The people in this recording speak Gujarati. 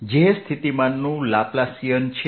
જે સ્થિતિમાનનું લેપલેસિયન છે